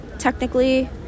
technically